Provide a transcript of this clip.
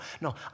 no